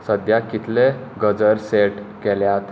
सद्या कितले गजर सेट केल्यात